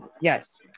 Yes